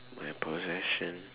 my possession